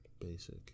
Basic